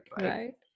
right